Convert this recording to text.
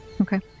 Okay